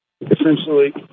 Essentially